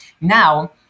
Now